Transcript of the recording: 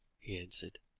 he answered